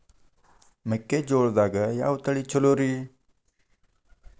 ಮೆಕ್ಕಿಜೋಳದಾಗ ಯಾವ ತಳಿ ಛಲೋರಿ?